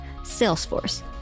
Salesforce